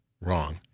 Wrong